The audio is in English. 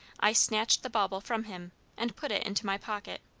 i snatched the bauble from him and put it into my pocket.